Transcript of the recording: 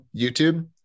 YouTube